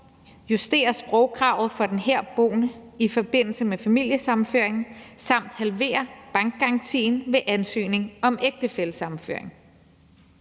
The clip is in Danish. justere sprogkravet for den herboende (ægtefælle) i forbindelse med familiesammenføring samt halvere bankgarantien ved ansøgning om ægtefællesammenføring.«